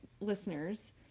listeners